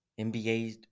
NBA